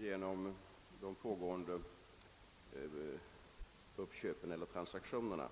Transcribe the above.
förenade med de pågående transaktionerna.